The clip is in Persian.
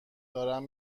دارم